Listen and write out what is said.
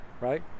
right